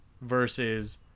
versus